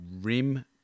rim